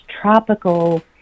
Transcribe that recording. tropical